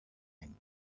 and